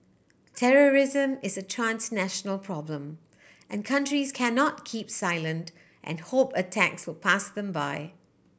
terrorism is a transnational problem and countries cannot keep silent and hope attacks will pass them by